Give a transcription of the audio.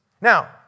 Now